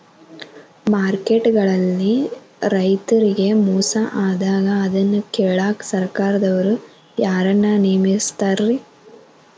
Market ಗಳಲ್ಲಿ ರೈತರಿಗೆ ಮೋಸ ಆದಾಗ ಅದನ್ನ ಕೇಳಾಕ್ ಸರಕಾರದವರು ಯಾರನ್ನಾ ನೇಮಿಸಿರ್ತಾರಿ?